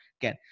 again